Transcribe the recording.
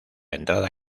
entrada